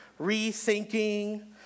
rethinking